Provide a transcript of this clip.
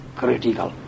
critical